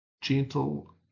Gentle